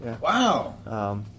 Wow